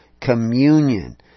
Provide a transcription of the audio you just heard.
communion